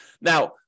Now